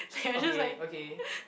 okay okay